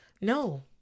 No